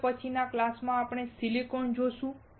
હવે પછીના ક્લાસમાં આપણે સિલિકોન જોશું